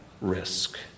risk